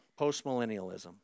postmillennialism